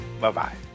Bye-bye